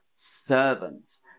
servants